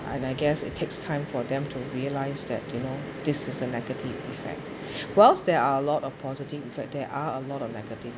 and I guess it takes time for them to realise that you know this is a negative effect whilst there are a lot of positive effect there are a lot of negative